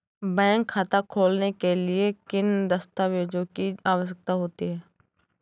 Bank खाता खोलने के लिए किन दस्तावेजों की आवश्यकता होती है?